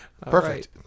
Perfect